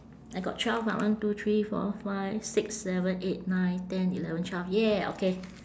I got twelve ah one two three four five six seven eight nine ten eleven twelve !yay! okay